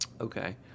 Okay